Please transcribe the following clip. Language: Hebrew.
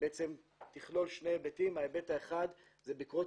שתכלול שני היבטים: ההיבט האחד הוא בעקבות